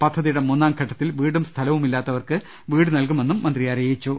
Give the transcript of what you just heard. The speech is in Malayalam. പദ്ധതിയുടെ മൂന്നാം ഘട്ടത്തിൽ വീടും സ്ഥലവും ഇല്ലാത്തവർക്ക് വീട് നൽകുമെന്നും മന്ത്രി പറഞ്ഞു